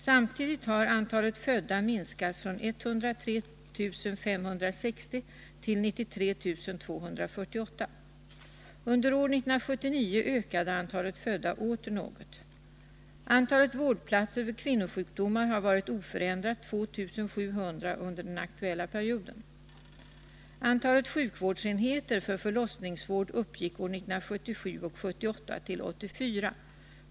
Samtidigt har antalet födda minskat från 103 560 till 93 248. Under år 1979 ökade antalet födda åter något. Antalet vårdplatser för kvinnosjukdomar har varit oförändrat 2 700 under den aktuella perioden. Antalet sjukvårdsenheter för förlossningvård uppgick år 1977 och 1978 till 84.